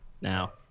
now